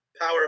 power